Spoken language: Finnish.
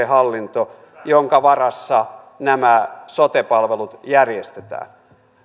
hallinto jonka varassa nämä sote palvelut järjestetään